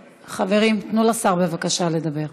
חברים, תנו לשר לדבר,